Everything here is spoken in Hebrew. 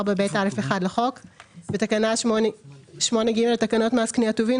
4ב(א1) לחוק ותקנה 8ג לתקנות מס קניה (טובין),